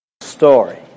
story